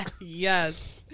Yes